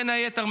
בין היתר,